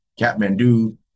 Kathmandu